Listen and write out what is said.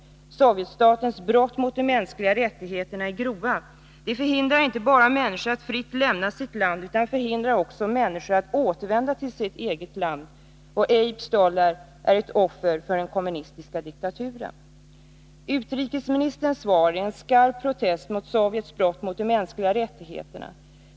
Sovjetstatens brott mot de mänskliga rättigheterna är grova. Sovjetstaten förhindrar inte bara att människor fritt lämnar sitt land utan vägrar också människor att återvända till sitt eget land. Abe Stollar är ett offer för den kommunistiska diktaturen. Utrikesministerns svar är en skarp protest mot Sovjets brott mot de mänskliga rättigheterna.